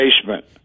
basement